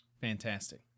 fantastic